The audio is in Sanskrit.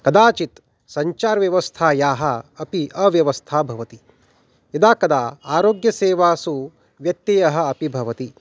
कदाचित् सञ्चारव्यवस्थायाः अपि अव्यवस्था भवति यदा कदा आरोग्यसेवासु व्यत्ययः अपि भवति